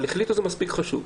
אבל החליטו שזה מספיק חשוב.